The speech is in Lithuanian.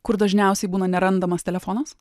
kur dažniausiai būna nerandamas telefonas